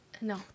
no